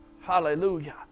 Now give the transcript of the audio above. Hallelujah